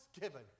given